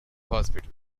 hospital